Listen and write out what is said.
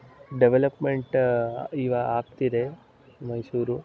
development ಈಗ ಆಗ್ತಿದೆ ಮೈಸೂರು